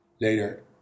Later